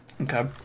Okay